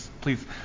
please